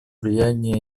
влияние